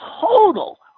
total